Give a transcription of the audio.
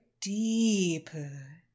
deeper